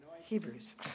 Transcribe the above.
Hebrews